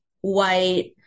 white